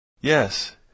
yes